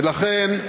ולכן,